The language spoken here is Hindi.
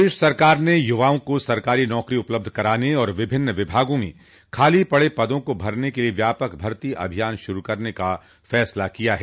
प्रदेश सरकार ने युवाओं को सरकारी नौकरी उपलब्ध कराने और विभिन्न विभागों में खाली पड़े पदों को भरने के लिए व्यापक भर्ती अभियान शुरू करने का फैसला किया है